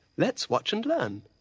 let's watch and learn.